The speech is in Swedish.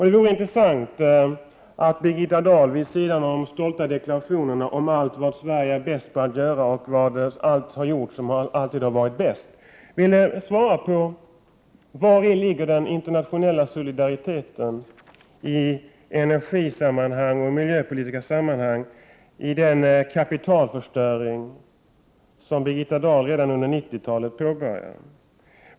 Det vore bra om Birgitta Dahl vid sidan av alla stolta deklarationer om allt som Sverige är bäst på att göra, och som har gjorts och som alltid varit det bästa ville svara på följande frågor: Vari ligger den internationella solidariteten i energisammanhang och miljöpolitiska sammanhang när det gäller den kapitalförstöring som Birgitta Dahl redan under 90-talet kommer att påbörja?